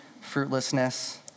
fruitlessness